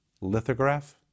lithograph